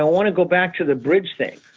ah want to go back to the bridge thing.